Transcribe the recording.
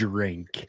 Drink